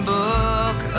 book